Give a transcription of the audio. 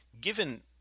given